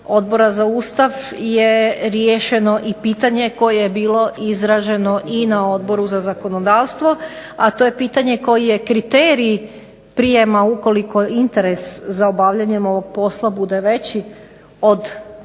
Odbora za Ustav je riješeno i pitanje koje je bilo izraženo i na Odboru za zakonodavstvo a to je pitanje koji je kriterij prijema ukoliko interes za obavljanjem ovog posla bude veći od